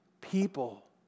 people